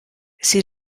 sie